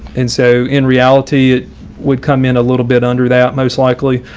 and so in reality, it would come in a little bit under that most likely.